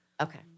Okay